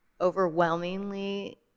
overwhelmingly